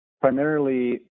primarily